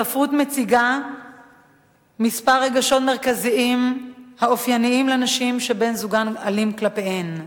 הספרות מציגה כמה רגשות מרכזיים האופייניים לנשים שבן-זוגן אלים כלפיהן.